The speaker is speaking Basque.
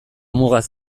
mugaz